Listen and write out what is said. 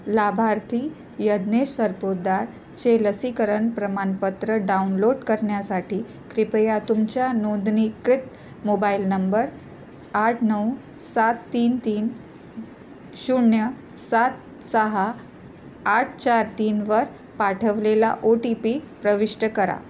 लाभार्थी यज्ञेश सरपोदारचे लसीकरण प्रमाणपत्र डाउनलोड करण्यासाठी कृपया तुमच्या नोंदणीकृत मोबाईल नंबर आठ नऊ सात तीन तीन शून्य सात सहा आठ चार तीन वर पाठवलेला ओ टी पी प्रविष्ट करा